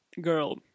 girl